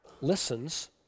listens